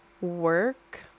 work